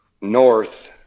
north